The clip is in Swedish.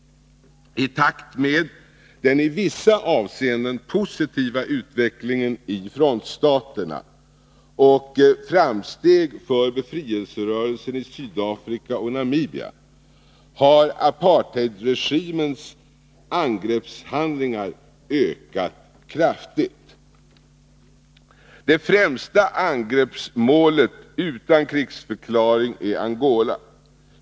I takt med den i vissa avseenden positiva utvecklingen i frontstaterna och framstegen för befrielserörelsen i Sydafrika och Namibia har Apartheidregimens angreppshandlingar ökat kraftigt. Det främsta målet för angrepp, utan krigsförklaring, är Angola.